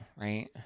right